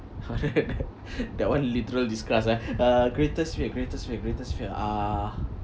that one literal disgust ah uh greatest fear greatest fear greatest fear uh